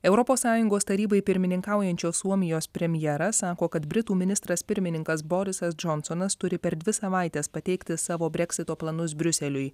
europos sąjungos tarybai pirmininkaujančios suomijos premjeras sako kad britų ministras pirmininkas borisas džonsonas turi per dvi savaites pateikti savo breksito planus briuseliui